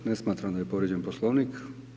Ne smatram da je povrijeđen Poslovnik.